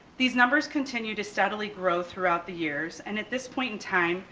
these numbers continue to steadily grow throughout the years. and at this point in time,